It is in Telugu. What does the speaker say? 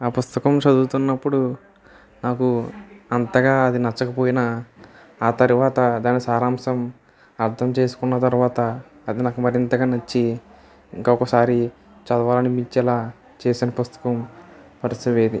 ఆ పుస్తకం చదువుతున్నప్పుడు నాకు అంతగా అది నచ్చకపోయినా ఆ తర్వాత దాని సారాంశం అర్థం చేసుకున్న తర్వాత అది నాకు మరింతగా నచ్చి ఇంకోసారి చదవాలి అనిపించేలా చేసిన పుస్తకం పరుసవేది